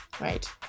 right